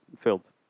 filled